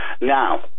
now